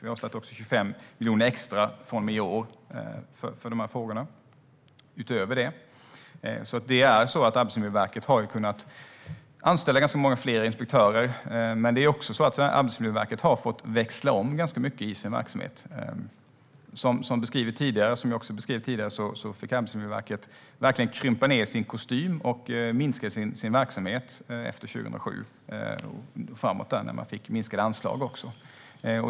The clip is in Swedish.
Vi har också avsatt 25 miljoner extra från och med i år för de här frågorna utöver det. Arbetsmiljöverket har kunnat anställa ganska många fler inspektörer, men Arbetsmiljöverket har också fått växla om ganska mycket i sin verksamhet. Som har beskrivits tidigare och som jag också beskrev fick Arbetsmiljöverket verkligen krympa sin kostym och minska verksamheten efter 2007 och framåt när man fick minskade anslag.